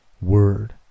word